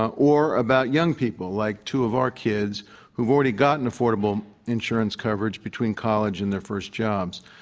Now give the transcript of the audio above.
or about young people like two of our kids who've already gotten affordable insurance coverage between college and their first jobs.